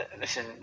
Listen